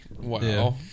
Wow